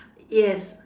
yes